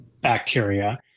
bacteria